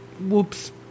whoops